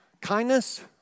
Kindness